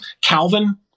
Calvin